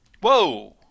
Whoa